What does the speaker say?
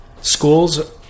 schools